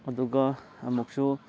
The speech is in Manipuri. ꯑꯗꯨꯒ ꯑꯃꯨꯛꯁꯨ